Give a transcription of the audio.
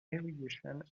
irrigation